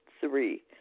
Three